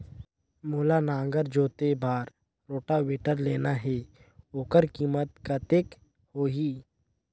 मोला नागर जोते बार रोटावेटर लेना हे ओकर कीमत कतेक होही?